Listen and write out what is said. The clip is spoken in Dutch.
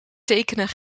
tekenen